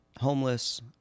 homeless